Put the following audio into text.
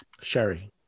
sherry